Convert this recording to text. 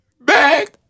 back